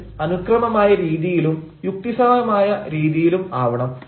അത് അനുക്രമമായ രീതിയിലും യുക്തിസഹമായ രീതിയിലുമാവണം